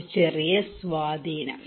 ഒരു ചെറിയ സ്വാധീനം